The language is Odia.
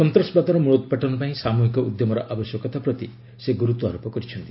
ସନ୍ତାସବାଦର ମୂଳୋର୍ପାଟନ ପାଇଁ ସାମୁହିକ ଉଦ୍ୟମର ଆବଶ୍ୟକତା ପ୍ରତି ସେ ଗୁରୁତ୍ୱାରୋପ କରିଛନ୍ତି